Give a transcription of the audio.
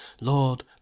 lord